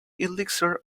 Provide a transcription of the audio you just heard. elixir